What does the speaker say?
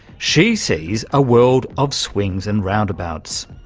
she sees a world of swings and roundabouts.